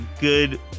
good